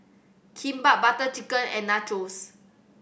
Kimbap Butter Chicken and Nachos